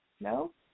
No